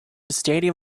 stadium